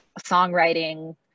songwriting